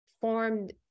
formed